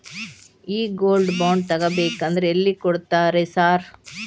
ಈ gold bond ತಗಾಬೇಕಂದ್ರ ಎಲ್ಲಿ ಕೊಡ್ತಾರ ರೇ ಸಾರ್?